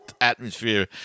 atmosphere